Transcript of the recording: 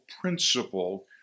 principle